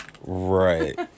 Right